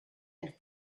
and